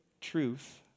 truth